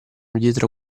dietro